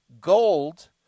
Gold